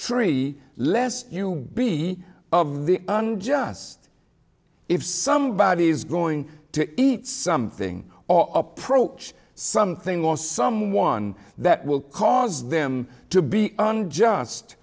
tree less you be of the unjust if somebody is going to eat something or approach something or someone that will cause them to be unjust